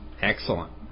Excellent